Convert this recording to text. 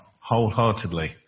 wholeheartedly